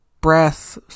breath